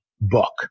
book